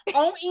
on